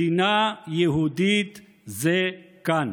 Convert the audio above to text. מדינה יהודית זה כאן.